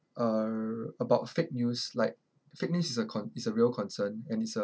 err about fake news like fake news is a con~ is a real concern and it's a